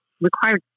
required